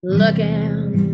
looking